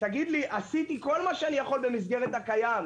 תגיד לי: עשיתי כל מה שאני יכול במסגרת הקיים,